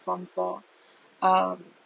from for uh